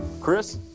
Chris